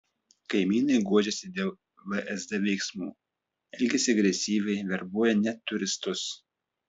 kaimynai guodžiasi dėl vsd veiksmų elgiasi agresyviai verbuoja net turistus